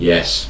Yes